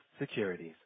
Securities